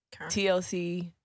TLC